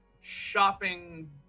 shopping